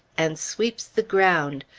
and sweeps the ground!